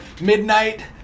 midnight